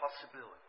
possibility